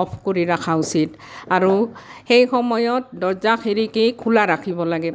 of কৰি ৰখা উচিত আৰু সেই সময়ত দৰ্জা খিৰিকী খোলা ৰাখিব লাগে